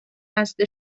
نزد